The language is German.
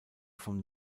vom